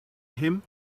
him